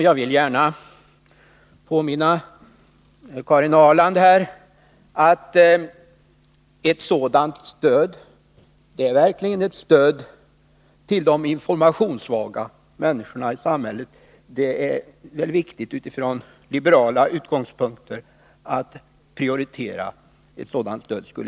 Jag vill gärna påminna Karin Ahrland om att ett sådant stöd verkligen är ett stöd till de informationssvaga människorna i samhället. Utifrån liberala utgångspunkter är det, skulle jag tro, viktigt att prioritera ett sådant stöd.